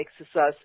exercise